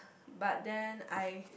but then I